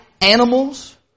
animals